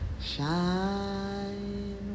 shine